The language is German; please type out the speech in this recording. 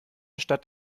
stadt